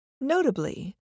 Notably